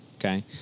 Okay